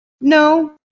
No